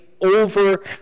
over